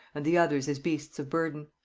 and the others as beasts of burden.